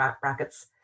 brackets